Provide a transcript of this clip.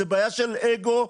זו בעיה של אגו,